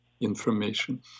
information